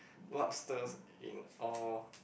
lobsters in all